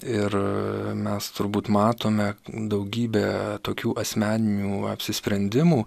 ir mes turbūt mato tuomet daugybę tokių asmeninių apsisprendimų